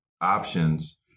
options